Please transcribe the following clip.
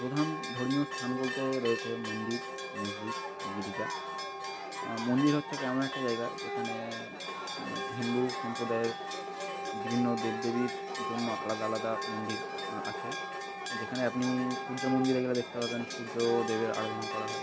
প্রধান ধর্মীয় স্থান বলতে রয়েছে মন্দির মসজিদ গির্জা মন্দির হচ্ছে কি এমন একটা জায়গা যেখানে হিন্দু সম্প্রদায়ের বিভিন্ন দেব দেবীর জন্য আলাদা আলাদা মন্দির আছে যেখানে আপনি সূর্য মন্দিরে গেলে দেখতে পাবেন সূর্য দেবের আরাধনা করা হয়